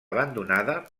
abandonada